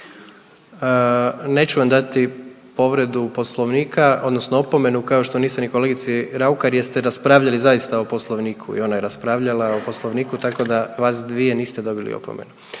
Neću vam dati povredu poslovnika odnosno opomenu, kao što nisam ni kolegici Raukar jer ste raspravljali zaista o poslovniku i ona je raspravljala o poslovniku, tako da vas dvije niste dobili opomenu.